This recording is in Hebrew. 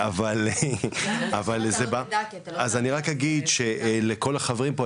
אז אני רק אגיד לכל החברים פה,